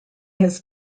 his